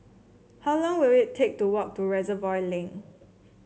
how long will it take to walk to Reservoir Link